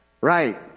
Right